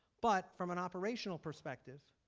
but from an operational perspective,